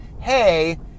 hey